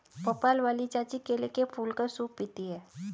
भोपाल वाली चाची केले के फूल का सूप पीती हैं